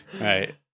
Right